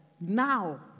Now